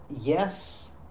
yes